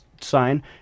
sign